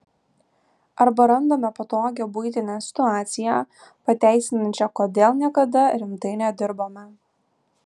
arba randame patogią buitinę situaciją pateisinančią kodėl niekada rimtai nedirbome